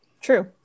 true